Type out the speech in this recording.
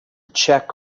check